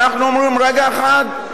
ואנחנו אומרים: רגע אחד,